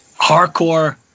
hardcore